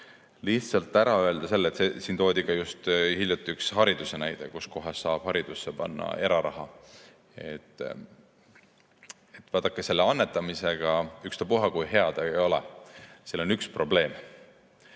lihtsalt ära öelda selle. Siin toodi hiljuti üks hariduse näide, kus saab haridusse panna eraraha. Vaadake, selle annetamisega, ükstapuha kui hea see ei ole, on üks probleem: